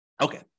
Okay